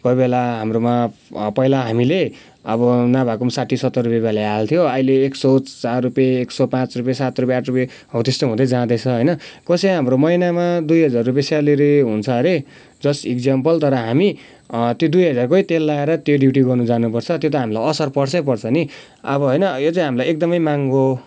कोहीबेला हाम्रोमा पहिला हामीले अब नभएको पनि साठी सत्तर रुपियाँमा हाल्थ्यो आहिले एक सौ चार रुपियाँ एक सौ पाँच रुपियाँ सात रुपियाँ आठ रुपियाँ हो त्यस्तो हुँदै जाँदैछ होइन कसै हाम्रो महिनामा दुई हजार रुपियाँ स्यालेरी हुन्छ अरे जस्ट इक्जाम्पल तर हामी त्यो दुई हजारकै तेल लाएर त्यो ड्युटी गर्न जानु पर्छ त्यो त हामीलाई असर पर्छै पर्छ नि अब होइन यो चाहिँ हामीलाई एकदमै महँगो